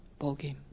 ballgame